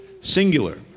singular